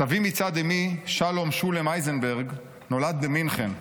סבי מצד אימי, שלום שולם אייזנברג, נולד במינכן.